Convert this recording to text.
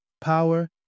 power